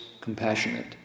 compassionate